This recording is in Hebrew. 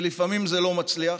שלפעמים זה לא מצליח.